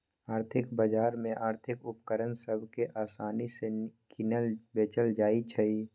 आर्थिक बजार में आर्थिक उपकरण सभ के असानि से किनल बेचल जाइ छइ